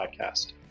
podcast